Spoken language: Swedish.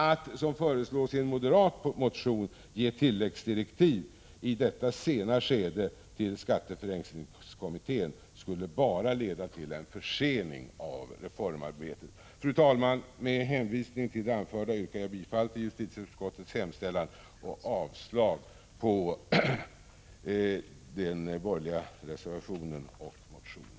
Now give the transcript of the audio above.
Att, som föreslås i en moderat motion, i detta sena skede ge tilläggsdirektiv tillskatteförenklingskommittén skulle bara leda till en försening av reformarbetet. Fru talman! Med hänvisning till det anförda yrkar jag bifall till justitieutskottets hemställan och avslag på den borgerliga reservationen samt på motionerna.